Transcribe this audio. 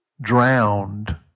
drowned